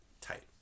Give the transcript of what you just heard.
Tight